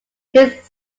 his